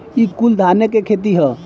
ई कुल धाने के खेत ह